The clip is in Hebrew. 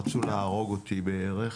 רצו להרוג אותי בערך.